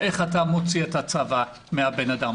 איך אתה מוציא את הצבא מהבן אדם,